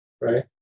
Right